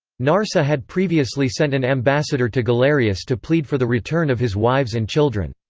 narseh had previously sent an ambassador to galerius to plead for the return of his wives and children.